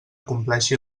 compleixi